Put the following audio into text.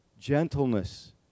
gentleness